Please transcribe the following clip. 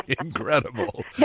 Incredible